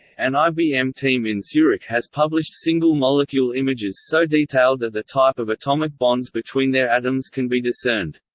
an ibm team in zurich has published single-molecule images so detailed that the type of atomic bonds between their atoms can be discerned.